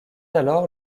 alors